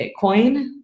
Bitcoin